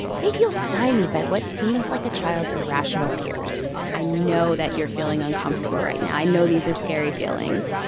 may feel stymied by what seems like a child's irrational fears i know that you're feeling uncomfortable right now. i know these are scary feelings.